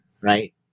right